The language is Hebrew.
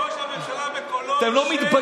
ראש הממשלה בקולו אישר, אתם לא מתביישים?